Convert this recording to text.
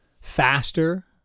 faster